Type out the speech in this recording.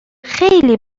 خیلی